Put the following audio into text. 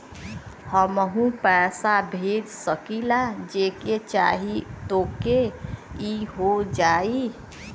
हमहू पैसा भेज सकीला जेके चाही तोके ई हो जाई?